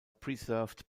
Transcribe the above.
preserved